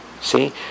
See